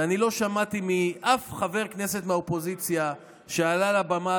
ולא שמעתי אף חבר כנסת מהאופוזיציה שעלה על הבמה